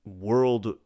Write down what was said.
world